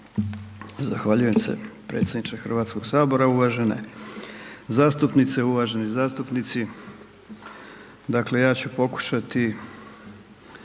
Zahvaljujem se predsjedniče Hrvatskog sabora. Uvažene zastupnice, uvaženi zastupnici dakle ja ću pokušati